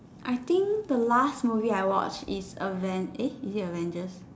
I think the last movie I watched is avenge eh is it Avengers